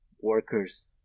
workers